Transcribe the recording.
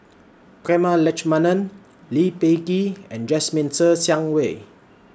Prema Letchumanan Lee Peh Gee and Jasmine Ser Xiang Wei